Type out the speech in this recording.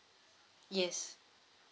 yes